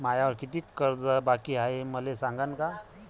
मायावर कितीक कर्ज बाकी हाय, हे मले सांगान का?